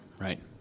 Right